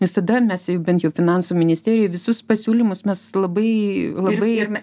visada mes bent jau finansų ministerijoj visus pasiūlymus mes labai labai